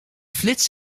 flits